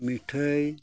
ᱢᱤᱴᱷᱟᱭ